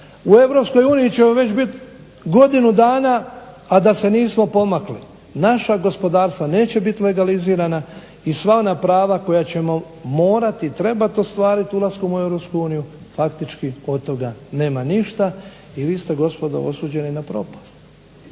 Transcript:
U EU ćemo već biti godinu dana, a da se nismo pomakli. Naša gospodarstva neće biti legalizirana i sva ona prava koja ćemo morati i trebati ostvariti ulaskom u EU faktički od toga nema ništa i vi ste gospodo osuđeni na propast.